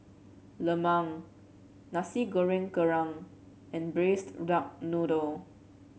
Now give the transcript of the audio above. Lemang Nasi Goreng Kerang and Braised Duck Noodle